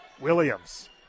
Williams